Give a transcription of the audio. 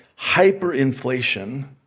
hyperinflation